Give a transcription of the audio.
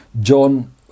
John